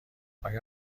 آیا